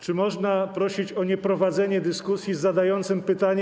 Czy można prosić o nieprowadzenie dyskusji z zadającym pytanie?